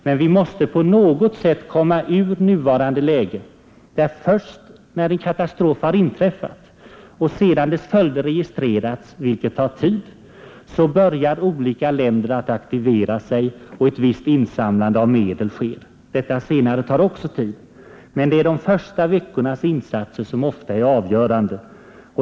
Men vi måste på något sätt komma ur nuvarande läge som innebär att först när en katastrof har inträffat och dess följder registrerats, vilket tar tid, börjar olika länder att aktivera sig och ett visst insamlande av medel sker. Detta senare tar också tid. Det är de första veckornas insatser som ofta är avgörande.